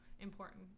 important